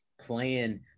playing